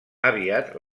aviat